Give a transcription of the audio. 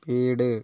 വീട്